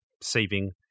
saving